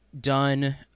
done